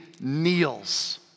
kneels